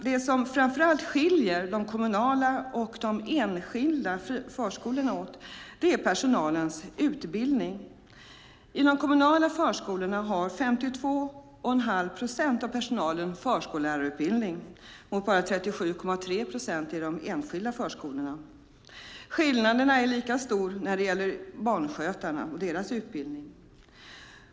Det som framför allt skiljer de kommunala och de enskilda förskolorna åt är personalens utbildning. I de kommunala förskolorna har 52 1⁄2 procent av personalen förskollärarutbildning, mot bara 37,3 procent i de enskilda förskolorna. Skillnaden är lika stor när det gäller barnskötarna och deras utbildning.